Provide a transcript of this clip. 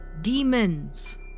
demons